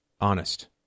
honest